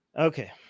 Okay